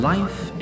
Life